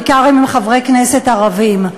בעיקר אם הם חברי כנסת ערבים.